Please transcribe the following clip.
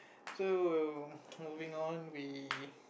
so we'll moving on we